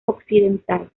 occidental